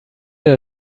der